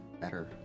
better